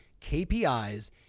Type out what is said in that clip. KPIs